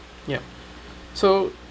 yup so